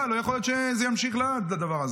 לא יכול להיות שזה ימשיך לעד, הדבר הזה.